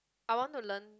I want to learn